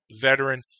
veteran